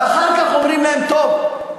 ואחר כך אומרים להם: טוב,